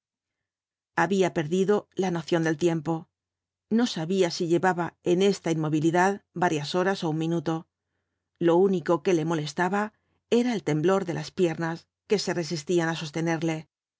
había perdido la noción del tiempo no sabía si llevaba en esta inmovilidad varias horas ó un minuto lo único que le molestaba era el temblor de las piernas que se resistían á sostenerle